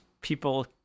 people